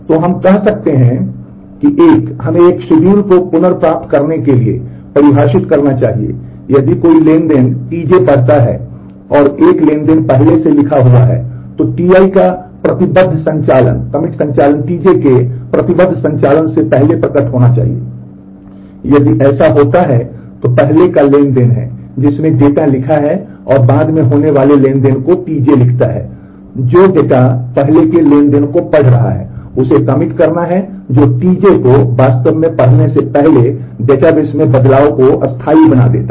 तो हम कहते हैं कि एक हमें एक शेड्यूल को पुनर्प्राप्त करने के लिए परिभाषित करना चाहिए यदि कोई ट्रांज़ैक्शन Tj पढ़ता है एक ट्रांज़ैक्शन पहले से लिखा हुआ है तो Ti का प्रतिबद्ध संचालन Tj के प्रतिबद्ध संचालन से पहले प्रकट होना चाहिए यदि ऐसा होता है तो पहले का ट्रांज़ैक्शन है जिसमें डेटा लिखा है और बाद में होने वाले ट्रांज़ैक्शन को Tj लिखता है जो डेटा पहले के ट्रांज़ैक्शन को पढ़ रहा है उसे कमिट करना है जो Tj को वास्तव में पढ़ने से पहले डेटाबेस में बदलाव को स्थायी बना देता है